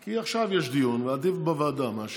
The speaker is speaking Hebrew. כי עכשיו יש דיון ועדיף בוועדה מאשר במליאה.